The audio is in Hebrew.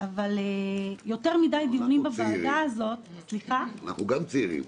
אבל יותר מדיי דיונים בוועדה הזאת -- גם אנחנו צעירים.